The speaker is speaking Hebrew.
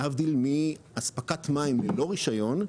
להבדיל מאספקת מים ללא רישיון,